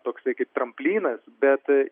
toksai kaip tramplynas bet